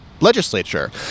legislature